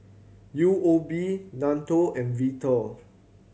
U O B NATO and Vital